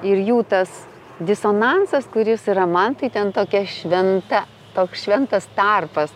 ir jų tas disonansas kuris yra man tai ten tokia šventa toks šventas tarpas